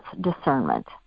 discernment